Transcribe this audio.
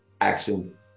action